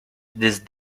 this